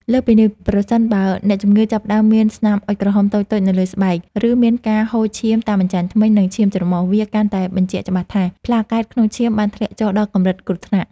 លើសពីនេះ ប្រសិនបើអ្នកជំងឺចាប់ផ្តើមមានស្នាមអុជក្រហមតូចៗនៅលើស្បែក ឬមានការហូរឈាមតាមអញ្ចាញធ្មេញ និងឈាមច្រមុះ វាកាន់តែបញ្ជាក់ច្បាស់ថា ប្លាកែតក្នុងឈាមបានធ្លាក់ចុះដល់កម្រិតគ្រោះថ្នាក់